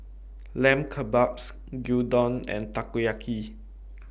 Lamb Kebabs Gyudon and Takoyaki